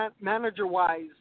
manager-wise